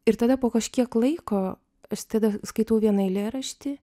ir tada po kažkiek laiko aš tada skaitau vieną eilėraštį